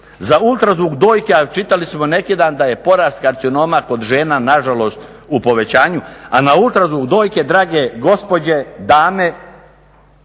za ultrazvuk dojki, a čitali smo neki dan da je porast karcinoma kod žena nažalost u povećanju, a na ultrazvuk dojke drage gospođe, dame,